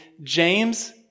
James